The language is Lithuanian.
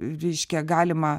reiškia galima